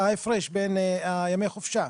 ההפרש בין ימי החופשה.